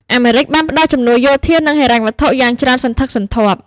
អាមេរិកបានផ្តល់ជំនួយយោធា និងហិរញ្ញវត្ថុយ៉ាងច្រើនសន្ធឹកសន្ធាប់។